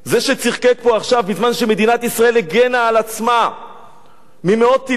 בזמן שמדינת ישראל הגנה על עצמה ממאות טילים שנפלו על אנשי הדרום,